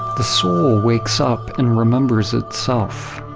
the soul wakes up and remembers itself.